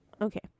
Okay